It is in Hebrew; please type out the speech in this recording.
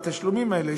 בתשלומים האלה,